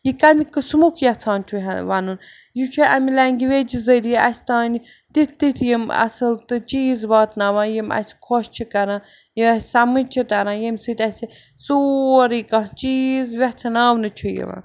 یہِ کمہِ قٕسمُک یَژھان چھُ ہےٚ وَنُن یہِ چھُ اَمہِ لنٛگویج ذٔریعہِ اسہِ تانۍ تِتھۍ تِتھۍ یِم اصٕل تہٕ چیٖز واتناوان یِم اسہِ خۄش چھِ کَران یہِ اسہِ سَمٕجھ چھُ تَرَان ییٚمہِ سۭتۍ اسہِ سورٕے کانٛہہ چیٖز یژھناونہٕ چھُ یِوان